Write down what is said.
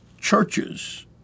churches